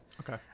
Okay